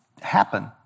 happen